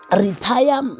retire